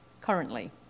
currently